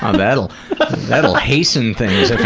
um that'll that'll hasten things